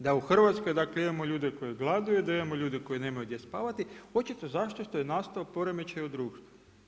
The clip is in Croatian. Da u Hrvatskoj dakle imamo ljude koji gladuju, da imamo ljude koji nemaju gdje spavati, očito zato što je nastao poremećaj u društvu.